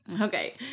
Okay